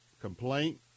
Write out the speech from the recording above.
complaint